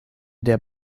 der